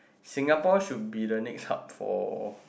Singapore should be the next hub for